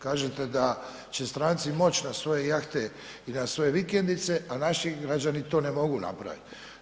Kažete da će stranci moć na svoje jahte i na svoje vikendice, a naši građani to ne mogu napravit.